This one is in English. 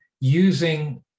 using